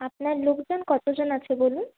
আপনার লোকজন কতজন আছে বলুন